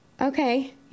Okay